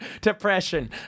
depression